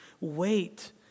Wait